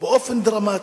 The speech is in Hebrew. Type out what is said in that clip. באופן דרמטי,